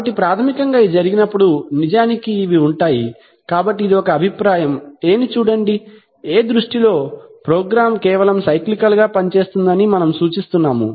కాబట్టి ప్రాథమికంగా ఇది జరిగినప్పుడు నిజానికి ఇవి ఉంటాయి కాబట్టి ఇది ఒక అభిప్రాయం A ని చూడండి A దృష్టిలో ప్రోగ్రామ్ కేవలం సైక్లికల్ గా పనిచేస్తుందని మనము సూచిస్తున్నాము